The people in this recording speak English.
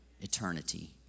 eternity